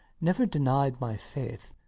never denied my faith,